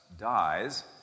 dies